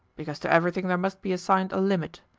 because to everything there must be assigned a limit.